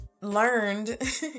learned